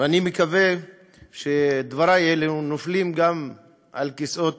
ואני מקווה שדברי אלו נופלים על כיסאות